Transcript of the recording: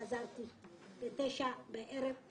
חזרתי ב-21:00.